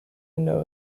know